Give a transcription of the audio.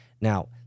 Now